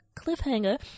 cliffhanger